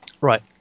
Right